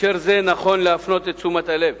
בהקשר זה נכון להפנות את תשומת הלב